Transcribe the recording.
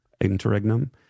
Interregnum